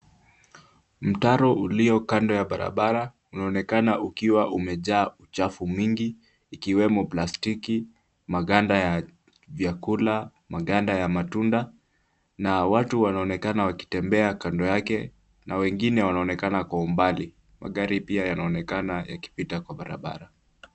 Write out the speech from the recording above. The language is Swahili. Mtaro ulio kando ya barabara unaonekana ukiwa umejaa uchafu mingi ikiwemo plastiki, maganda ya vyakula, maganda ya matunda na watu wanaonekana wakitembea kando yake na wengine wanaonekana kwa umbali. Magari pia yanaonekana yakipita kwa barabara.